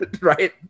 right